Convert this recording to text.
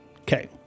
Okay